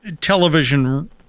television